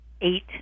eight